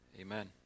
amen